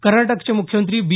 कर्नाटकचे मुख्यमंत्री बी